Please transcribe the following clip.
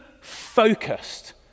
focused